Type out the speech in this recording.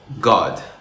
God